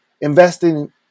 investing